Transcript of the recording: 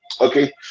okay